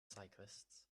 cyclists